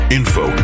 info